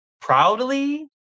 proudly